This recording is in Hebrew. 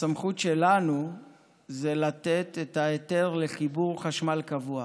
הסמכות שלנו זה לתת את ההיתר לחיבור חשמל קבוע.